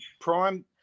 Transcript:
prime